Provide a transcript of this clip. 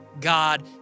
God